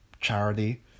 charity